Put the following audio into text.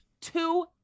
two